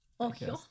Okay